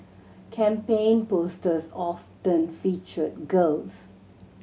campaign posters often featured girls